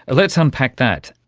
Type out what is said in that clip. and let's unpack that.